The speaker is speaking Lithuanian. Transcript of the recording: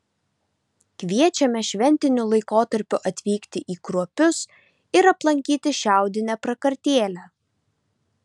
kviečiame šventiniu laikotarpiu atvykti į kruopius ir aplankyti šiaudinę prakartėlę